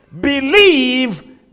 believe